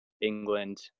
England